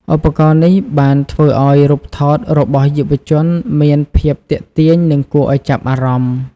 ឧបករណ៍នេះបានធ្វើឱ្យរូបថតរបស់យុវជនមានភាពទាក់ទាញនិងគួរឱ្យចាប់អារម្មណ៍។